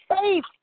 faith